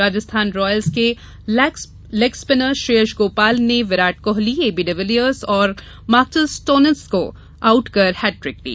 Rajasthan Royals के leg spinner Shreyas Gopal ने Virat Kohli AB de Villiers और मार्क्सच स्टोननिस को आउट कर हैट्रिक ली